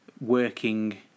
working